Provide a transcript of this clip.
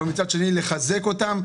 אבל מצד שני לחזק אותם.